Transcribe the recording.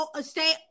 stay